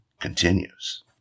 continues